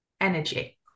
energy